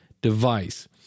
device